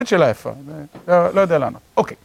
‫באמת שאלה יפה, לא יודע למה. ‫אוקיי.